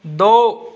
दो